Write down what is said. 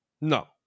No